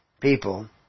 people